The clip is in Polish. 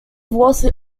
włosy